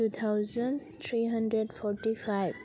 two thousand three hundred forty five